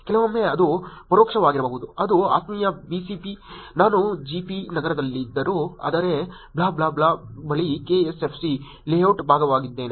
ಕೆಲವೊಮ್ಮೆ ಅದು ಪರೋಕ್ಷವಾಗಿರಬಹುದು ಅದು ಆತ್ಮೀಯ BCP ನಾನು ಜೆಪಿ ನಗರದಲ್ಲಿದ್ದರೂ ಆದರೆ ಬ್ಲಾ ಬ್ಲಾ ಬ್ಲಾ ಬಳಿ KSFC ಲೇಔಟ್ನ ಭಾಗವಾಗಿದ್ದೇನೆ